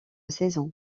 saison